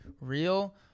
real